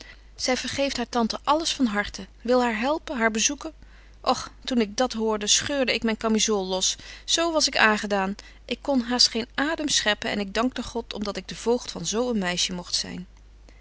zy vergeeft haar tante alles van harten wil haar helpen haar bezoeken och toen ik dat hoorde scheurde ik myn kamisool los zo was ik aangedaan ik kon haast geen adem scheppen en ik dankte god om dat ik de voogd van zo een meisje mogt zyn